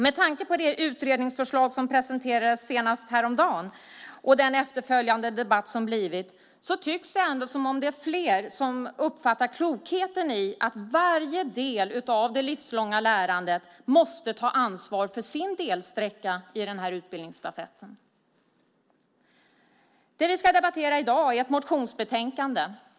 Med tanke på det utredningsförslag som presenterades senast häromdagen och den efterföljande debatten tycks det ändå som om det är fler som uppfattar klokheten i att varje del av det livslånga lärandet måste ta ansvar för sin delsträcka i den här utbildningsstafetten. Det vi debatterar i dag är ett motionsbetänkande.